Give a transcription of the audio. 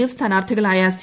F സ്ഥാനാർത്ഥികളായ C